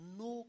no